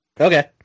Okay